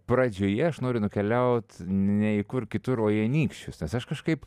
pradžioje aš noriu nukeliaut ne į kur kitur o į anykščius aš kažkaip